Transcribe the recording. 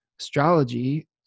Astrology